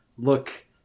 Look